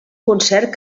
concert